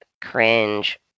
Cringe